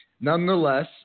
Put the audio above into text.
Nonetheless